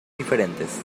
diferentes